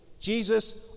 Jesus